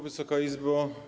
Wysoka Izbo!